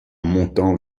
montant